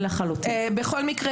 בכל מקרה,